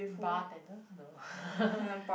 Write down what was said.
bartender no